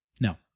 No